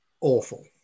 awful